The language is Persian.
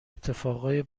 اتفاقای